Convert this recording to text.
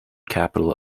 capital